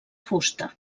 fusta